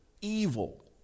evil